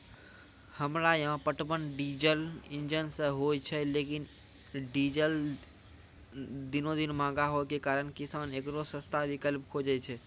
हमरा यहाँ पटवन डीजल इंजन से होय छैय लेकिन डीजल दिनों दिन महंगा होय के कारण किसान एकरो सस्ता विकल्प खोजे छैय?